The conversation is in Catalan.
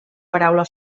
paraula